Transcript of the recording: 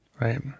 Right